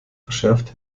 verschärft